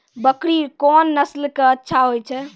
बकरी कोन नस्ल के अच्छा होय छै?